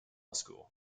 school